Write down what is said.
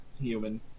human